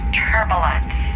turbulence